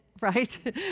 right